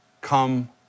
come